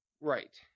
right